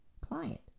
client